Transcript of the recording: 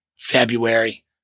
February